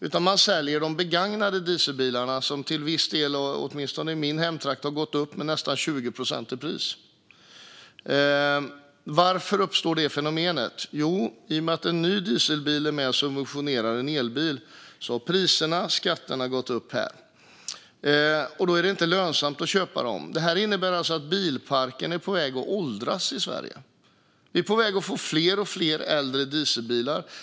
I stället säljer man de begagnade dieselbilarna, som till viss del - åtminstone i min hemtrakt - har gått upp i pris med nästan 20 procent. Varför uppstår det fenomenet? Jo, i och med att en ny dieselbil är med och subventionerar en elbil har priserna och skatterna gått upp. Då är det inte lönsamt att köpa dem. Detta innebär att bilparken är på väg att åldras i Sverige. Vi är på väg att få fler och fler äldre dieselbilar.